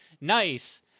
nice